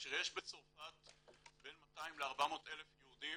כאשר יש בצרפת בין 200,000 ל-400,000 יהודים,